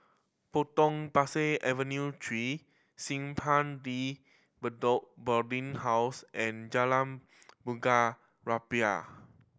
Potong Pasir Avenue Three Simpang De Bedok Boarding House and Jalan Bunga Rampai